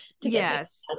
Yes